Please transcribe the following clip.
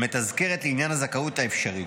המתזכרת לעניין הזכאות האפשרית.